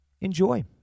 Enjoy